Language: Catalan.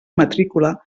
matrícula